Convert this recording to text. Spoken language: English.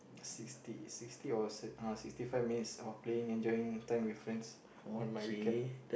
sixty sixty or uh sixty five minutes or playing enjoying with time my friends on my weekend